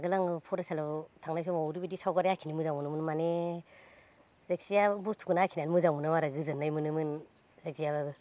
आगोल आङो फरायसालियाव थांनाय समाव ओरै बायदि सावगारि आखिनो मोजां मोनोमोन माने जायखिजाया बुस्थुखौनो आखिनानै मोजां मोनो आरो गोजोननाय मोनोमोन जायखि